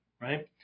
right